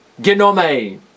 genome